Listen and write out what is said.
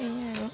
সেয়াই আৰু